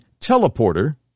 Teleporter